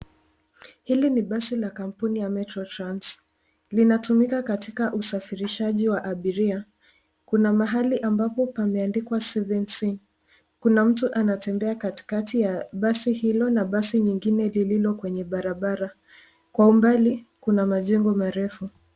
Hili ni basi la kampuni ya Metro Trans . Linatumika katika usafirishaji wa abiria. Kuna mahali ambapo pameandikwa 7 C . Kuna mtu anatembea katikati ya basi hilo na basi nyingine lililo kwenye barabara. Kwa mbali kuna majengo marefu.